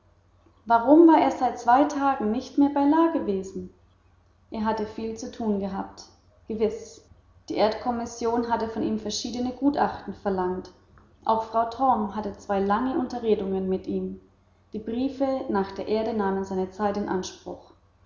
warum war er seit zwei tagen nicht mehr bei la gewesen er hatte viel zu tun gehabt gewiß die erdkommission hatte von ihm verschiedene gutachten verlangt auch frau torm hatte lange unterredungen mit ihm die briefe nach der erde nahmen seine zeit in anspruch